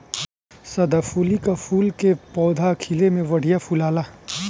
सदाफुली कअ फूल के पौधा खिले में बढ़िया फुलाला